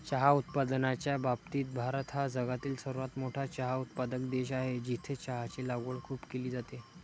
चहा उत्पादनाच्या बाबतीत भारत हा जगातील सर्वात मोठा चहा उत्पादक देश आहे, जिथे चहाची लागवड खूप केली जाते